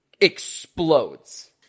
explodes